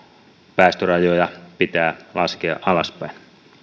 päästörajoja pitää laskea alaspäin